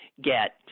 get